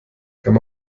kann